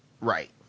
right